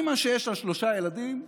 אימא שיש לה שלושה ילדים,